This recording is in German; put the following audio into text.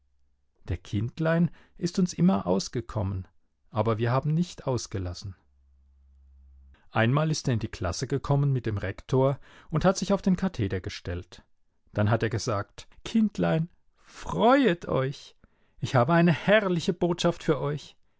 der kindlein ist uns immer ausgekommen aber wir haben nicht ausgelassen einmal ist er in die klasse gekommen mit dem rektor und hat sich auf den katheder gestellt dann hat er gesagt kindlein freuet euch ich habe eine herrliche botschaft für euch